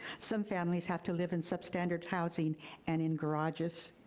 some families have to live in substandard housing and in garages.